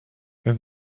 wenn